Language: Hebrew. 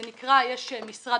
זה נקרא יש משרד